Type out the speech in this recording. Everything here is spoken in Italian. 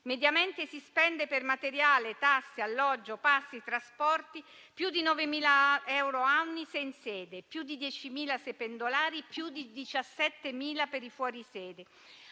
Mediamente, si spende, per materiale, tasse, alloggio, passi, trasporti: più di 9.000 euro annui se in sede, più di 10.000 se pendolari, più di 17.000 per i fuori sede.